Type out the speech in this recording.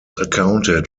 accounted